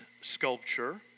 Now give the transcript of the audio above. sculpture